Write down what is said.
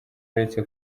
uretse